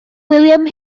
william